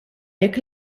jekk